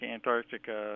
Antarctica